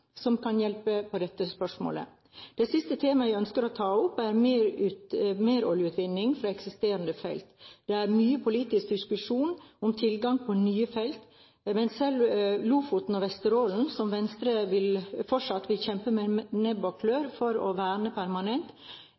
som kan hjelpe på dette spørsmålet. Det siste temaet jeg ønsker å ta opp, er meroljeutvinning fra eksisterende felt. Det er mye politisk diskusjon om tilgang til nye felt. Men selv Lofoten og Vesterålen – som Venstre fortsatt vil kjempe med nebb og klør for å verne permanent